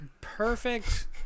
perfect